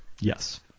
Yes